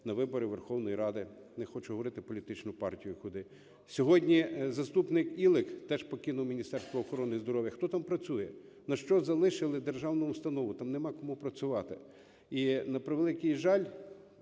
на вибори Верховної Ради, не хочу говорити політичну партію куди. Сьогодні заступник Ілик теж покинув Міністерство охорони здоров'я. Хто там працює? На що залишили державну установу? Там немає кому працювати. І, на превеликий жаль,